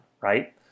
right